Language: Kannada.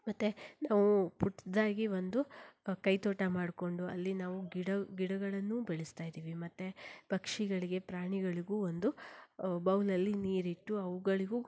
ಮತ್ತು ನಾವು ಪುಟ್ಟದಾಗಿ ಒಂದು ಕೈ ತೋಟ ಮಾಡಿಕೊಂಡು ಅಲ್ಲಿ ನಾವು ಗಿಡ ಗಿಡಗಳನ್ನೂ ಬೆಳೆಸ್ತಾ ಇದ್ದೀವಿ ಮತ್ತು ಪಕ್ಷಿಗಳಿಗೆ ಪ್ರಾಣಿಗಳಿಗೂ ಒಂದು ಬೌಲಲ್ಲಿ ನೀರು ಇಟ್ಟು ಅವುಗಳಿಗೂ